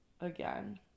again